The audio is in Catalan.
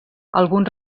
alguns